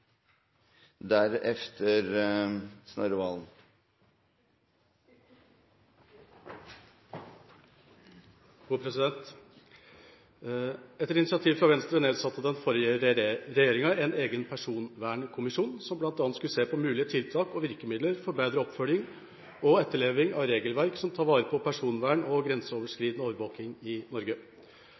Etter initiativ fra Venstre nedsatte den forrige regjeringa en egen personvernkommisjon, som bl.a. skulle se på mulige tiltak og virkemidler for bedre oppfølging og etterleving av regelverk som tar vare på personvern og grenseoverskridende overvåking i Norge.